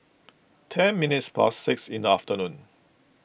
ten minutes past six in the afternoon